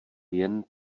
jen